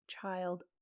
child